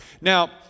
Now